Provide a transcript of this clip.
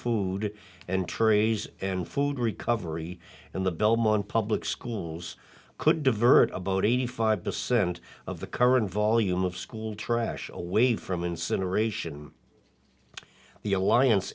food and trees and food recovery and the belmont public schools could divert about eighty five percent of the current volume of school trash away from incineration the alliance